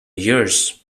years